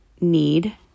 need